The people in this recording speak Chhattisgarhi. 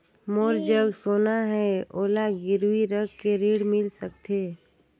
मोर जग सोना है ओला गिरवी रख के ऋण मिल सकथे?